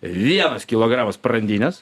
vienas kilogramas sprandinės